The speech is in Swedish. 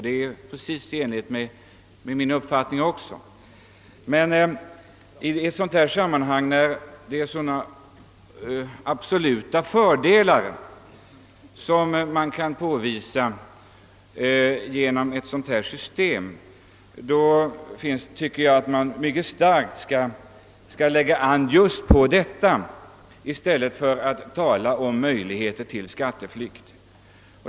Det är helt i enlighet med min uppfattning, men när det gäller ett system med så påvisbara fördelar som det vi vill ha anser jag att man skall forcera fram dess genomförande i stället för att tala om möjligheter till skatteflykt.